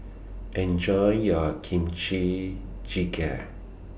Enjoy your Kimchi Jjigae